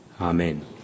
Amen